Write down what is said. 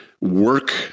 work